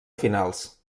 finals